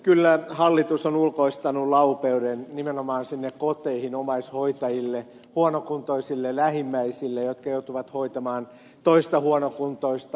kyllä hallitus on ulkoistanut laupeuden nimenomaan sinne koteihin omaishoitajille huonokuntoisille lähimmäisille jotka joutuvat hoitamaan toista huonokuntoista